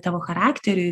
tavo charakteriui